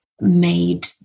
made